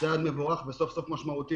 צעד מבורך ומאוד משמעותי,